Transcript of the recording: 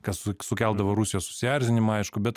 kas sukeldavo rusijos susierzinimą aišku bet